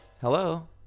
Hello